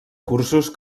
cursos